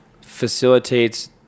facilitates